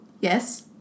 Yes